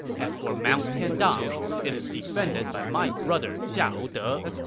as for mount tiandang, it is defended by my brother xiahou de.